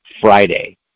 Friday